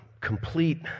complete